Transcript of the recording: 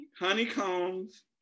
honeycombs